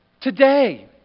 Today